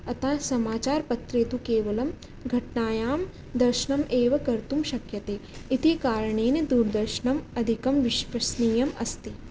अतः समाचारपत्रे तु केवलं घटनायां दर्शनमेव कर्तुं शक्यते इति कारणेन् दूरदर्शनम् अधिकं विश्वसनीयम् अस्ति